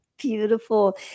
Beautiful